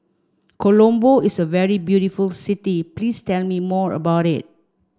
Colombo is a very beautiful city please tell me more about it